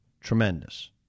Tremendous